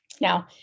Now